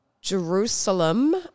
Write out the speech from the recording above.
Jerusalem